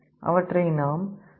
அவற்றை நாம் பி 12 என்று அழைப்போம்